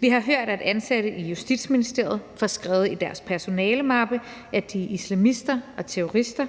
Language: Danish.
Vi har hørt, at ansatte i Justitsministeriet får skrevet i deres personalemappe, at de er islamister og terrorister,